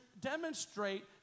demonstrate